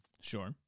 Sure